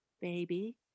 Baby